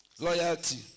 Loyalty